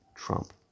Trump